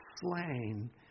slain